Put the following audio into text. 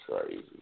crazy